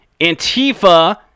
Antifa